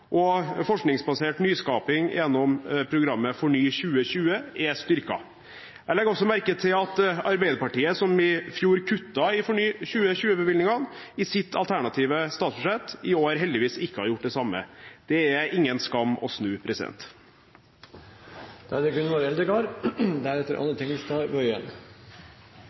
og forskningsbasert nyskaping gjennom programmet FORNY2020, er styrket. Jeg legger også merke til at Arbeiderpartiet, som i fjor kuttet i FORNY2020-bevilgningene, i sitt alternative statsbudsjett i år heldigvis ikke har gjort det samme. Det er ingen skam å snu.